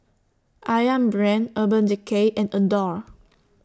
Ayam Brand Urban Decay and Adore